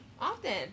Often